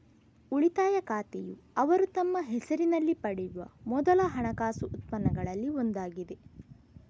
ಉಳಿತಾಯ ಖಾತೆಯುಅವರು ತಮ್ಮ ಹೆಸರಿನಲ್ಲಿ ಪಡೆಯುವ ಮೊದಲ ಹಣಕಾಸು ಉತ್ಪನ್ನಗಳಲ್ಲಿ ಒಂದಾಗಿದೆ